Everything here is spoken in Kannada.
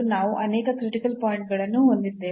ನಾವು ಅನೇಕ ಕ್ರಿಟಿಕಲ್ ಪಾಯಿಂಟ್ ಗಳನ್ನು ಹೊಂದಿದ್ದೇವೆ